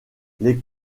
les